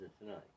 tonight